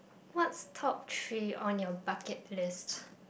what's top three on your bucket list